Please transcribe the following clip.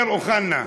אמיר אוחנה.